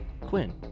Quinn